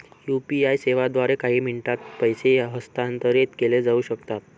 UPI सेवांद्वारे काही मिनिटांत पैसे हस्तांतरित केले जाऊ शकतात